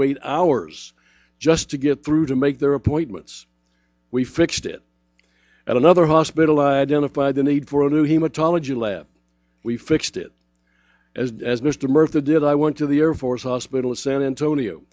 wait hours just to get through to make their appointments we fixed it at another hospital identified the need for a new hematology lab we fixed it as mr murtha did i went to the air force hospital ascendant